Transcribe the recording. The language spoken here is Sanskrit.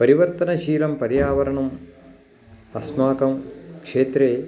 परिवर्तनशीलं पर्यावरणम् अस्माकं क्षेत्रे